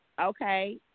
okay